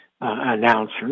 announcer